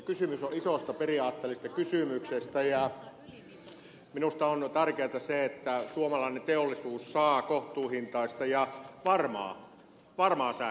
kysymys on isosta periaatteellisesta kysymyksestä ja minusta on tärkeätä se että suomalainen teollisuus saa kohtuuhintaista ja varmaa sähköä